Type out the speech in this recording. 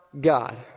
God